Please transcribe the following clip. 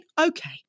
okay